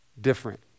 different